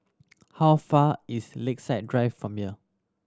how far is Lakeside Drive from here